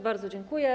Bardzo dziękuję.